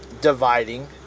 dividing